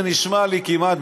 זה נשמע לי כמעט,